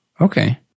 Okay